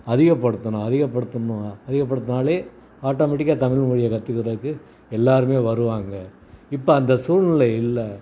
அதிகப்படுத்தணும் அதிகப்படுத்தணும் அதிகப்படுத்தினாலே ஆட்டோமேட்டிக்காக தமிழ்மொழிய கற்றுக்குறதுக்கு எல்லோருமே வருவாங்க இப்போ அந்த சூழ்நிலை இல்லை